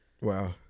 Wow